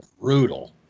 brutal